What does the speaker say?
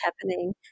happening